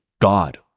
God